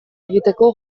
egiteko